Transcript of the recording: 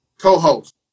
co-host